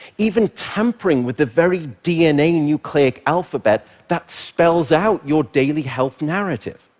even tampering with the very dna nucleic alphabet that spells out your daily health narrative.